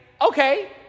okay